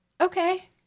okay